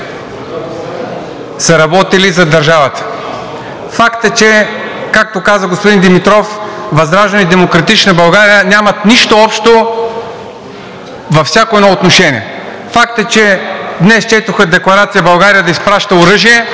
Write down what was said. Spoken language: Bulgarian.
са работили за държавата. Факт е, че както каза господин Димитров, ВЪЗРАЖДАНЕ и „Демократична България“ нямат нищо общо във всяко едно отношение. (Ръкопляскания от ДБ.) Факт е, че днес четоха декларация България да изпраща оръжие